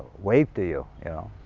wave to you, y'know.